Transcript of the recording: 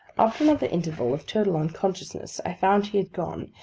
after another interval of total unconsciousness, i found he had gone,